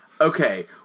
Okay